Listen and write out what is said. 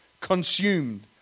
consumed